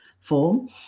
form